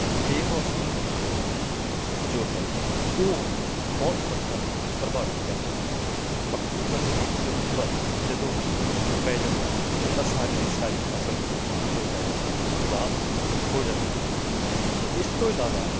ਬੇਮੌਸਮੀ ਮੀਂਹ ਜੋ ਹੈ ਉਹ ਬਹੁਤ ਫਸਲਾਂ ਨੂੰ ਪ੍ਰਭਾਵਿਤ ਕਰ ਰਿਹਾ ਹੈ ਪੱਕੀ ਫਸਲ ਦੇ ਉੱਪਰ ਜਦੋਂ ਮੀਂਹ ਪੈ ਜਾਂਦਾ ਹੈ ਤਾਂ ਸਾਰੀ ਦੀ ਸਾਰੀ ਫਸਲ ਜੋ ਹੈ ਉਹ ਤਬਾਹ ਹੋ ਜਾਂਦੀ ਹੈ ਇਸ ਤੋਂ ਇਲਾਵਾ